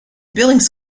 billings